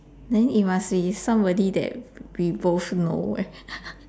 then it must be somebody that we both know leh